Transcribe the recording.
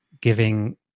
giving